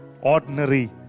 ordinary